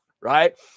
right